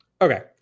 Okay